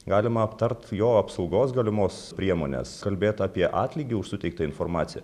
galima aptart jo apsaugos galimos priemones kalbėt apie atlygį už suteiktą informaciją